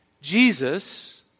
Jesus